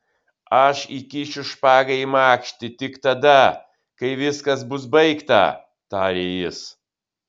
aš įkišiu špagą į makštį tik tada kai viskas bus baigta tarė jis